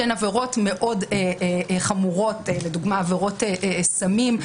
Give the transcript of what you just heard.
שהן עבירות מאוד חמורות כמו לדוגמה עבירות סמים,